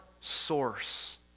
source